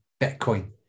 Bitcoin